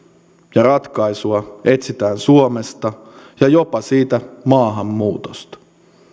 ja ratkaisua etsitään suomesta ja jopa siitä maahanmuutosta